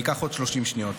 אני אקח עוד 30 שניות.